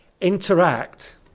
interact